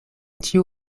ĉiu